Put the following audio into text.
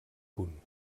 punt